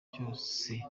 byose